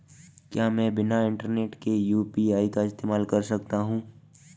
क्या मैं बिना इंटरनेट के यू.पी.आई का इस्तेमाल कर सकता हूं?